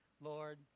Lord